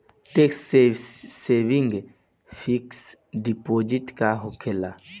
Tax saving fix deposit का होखे ला?